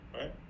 right